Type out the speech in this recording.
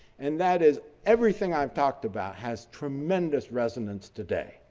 and that is, everything i've talked about has tremendous resonance today.